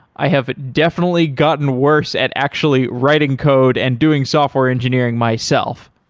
i have definitely gotten worse at actually writing code and doing software engineering myself.